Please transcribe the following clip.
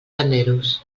panderos